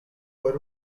por